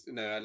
no